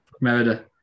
Merida